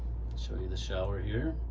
show you the shower here.